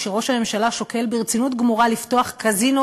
כשראש הממשלה שוקל ברצינות גמורה לפתוח קזינו,